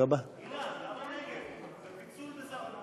התשע"ו 2015, נתקבלה.